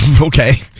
Okay